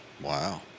wow